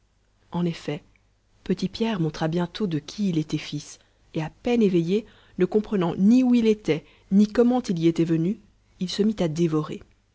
en effet petit pierre montra bientôt de qui il était fils et à peine éveillé ne comprenant ni où il était ni comment il y était venu il se mit à dévorer